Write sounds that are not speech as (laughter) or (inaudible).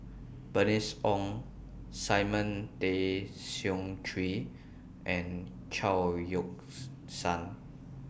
Bernice Ong Simon Tay Seong Chee and Chao Yoke (unintelligible) San